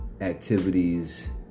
activities